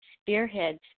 spearheads